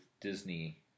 Disney